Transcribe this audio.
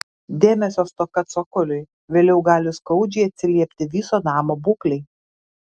dėmesio stoka cokoliui vėliau gali skaudžiai atsiliepti viso namo būklei